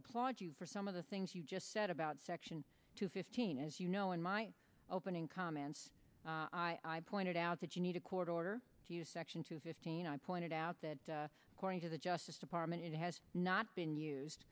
applaud you for some of the things you just said about section two fifteen as you know in my opening comments i've pointed out that you need a court order section two fifteen i pointed out that according to the justice department it has not been used